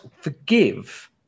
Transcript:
forgive